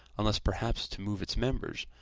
unless perhaps to move its members,